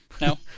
no